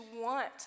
want